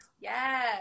Yes